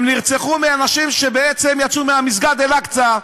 הם נרצחו מאנשים שבעצם יצאו ממסגד אל-אקצא,